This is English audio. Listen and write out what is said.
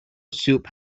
soup